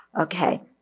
Okay